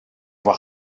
voir